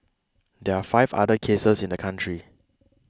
there are five other cases in the country